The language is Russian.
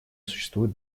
существует